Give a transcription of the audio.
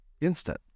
instant